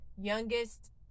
youngest